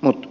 mutta